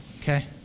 okay